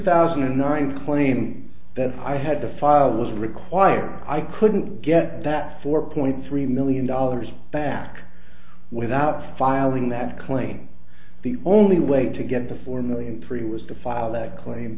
thousand and nine claim that i had to file was required i couldn't get that four point three million dollars back without filing that claim the only way to get the four million three was to file that claim